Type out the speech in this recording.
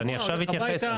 אז אני עכשיו אתייחס.